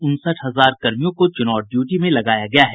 उनसठ हजार कर्मियों को चुनाव ड्यूटी में लगाया गया है